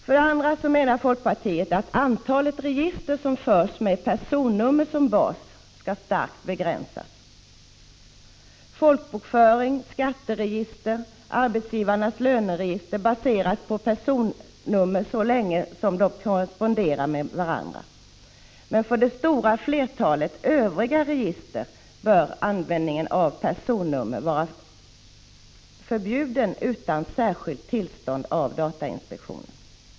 För det andra menar folkpartiet att antalet register som förs med personnumret som bas bör starkt begränsas. Folkbokföringsoch skatteregistren liksom arbetsgivarnas löneregister kan baseras på personnummer så länge de korresponderar med varandra. Men för det stora flertalet övriga register bör användningen av personnummer vara förbjuden om inte datainspektionen ger särskilt tillstånd.